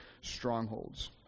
strongholds